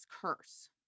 curse